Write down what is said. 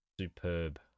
Superb